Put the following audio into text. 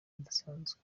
budasanzwe